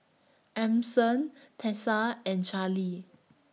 Emerson Tessa and Charly